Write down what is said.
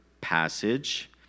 passage